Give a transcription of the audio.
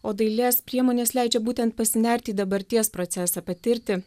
o dailės priemonės leidžia būtent pasinerti į dabarties procesą patirti